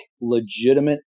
legitimate